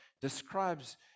describes